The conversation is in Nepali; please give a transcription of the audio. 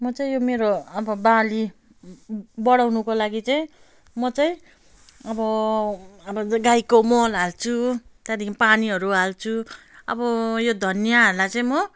म चाहिँ यो मेरो अब बाली बढाउनुको लागि चाहिँ म चाहिँ अब अब गाईको मल हाल्छु त्यहाँदेखि पानीहरू हाल्छु अब यो धनियाँहरूलाई चाहिँ म